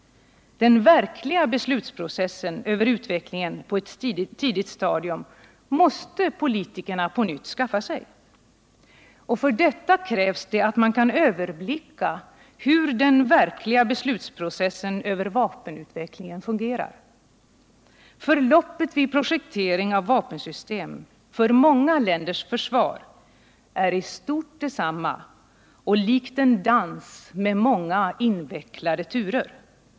Den verkliga beslutsprocessen över utvecklingen på ett tidigt stadium måste politikerna på nytt skaffa sig. För detta krävs att man kan överblicka hur den verkliga beslutsprocessen över vapenutvecklingen fungerar. Förloppet vid projektering av vapensystem för många länders försvar är i stort detsamma och likt en dans med många invecklade turer.